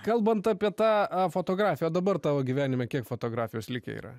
kalbant apie tą fotografiją dabar tavo gyvenime kiek fotografijos likę yra